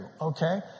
okay